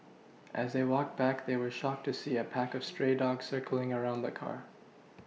as they walked back they were shocked to see a pack of stray dogs circling around the car